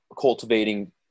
cultivating